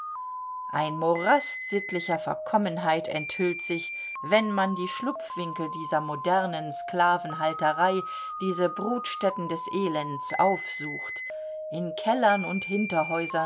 ein morast sittlicher verkommenheit enthüllt sich wenn man die schlupfwinkel dieser modernen sklavenhalterei diese brutstätten des elends aufsucht in kellern und